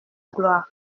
gloire